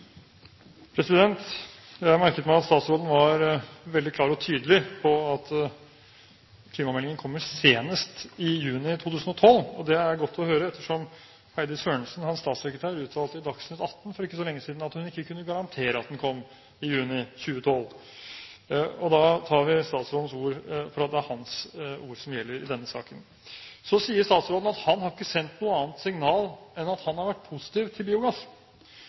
Jeg har merket meg at statsråden var veldig klar og tydelig på at klimameldingen kommer senest i juni 2012. Det er godt å høre ettersom Heidi Sørensen, hans statssekretær, uttalte til Dagsnytt 18 for ikke så lenge siden at hun ikke kunne garantere at den kom i juni 2012. Da tar vi statsrådens ord for at det er hans ord som gjelder i denne saken. Så sier statsråden at han ikke har sendt noe annet signal enn at han har vært positiv til biogass